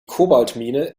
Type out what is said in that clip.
kobaltmine